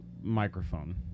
microphone